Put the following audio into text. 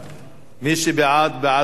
מי שבעד, בעד ועדה.